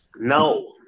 No